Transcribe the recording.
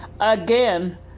Again